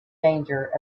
danger